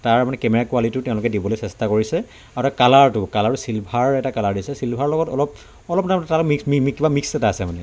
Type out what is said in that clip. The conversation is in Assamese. তাৰ মানে কেমেৰা কোৱালিটিতো তেওঁলোকে দিবলৈ চেষ্টা কৰিছে আৰু কালাৰটো কালাৰটো চিলভাৰ এটা কালাৰ দিছে চিলভাৰৰ লগত অলপ অলপ নহয় মানে তাৰ লগত মিক্স কিবা মিক্স এটা আছে মানে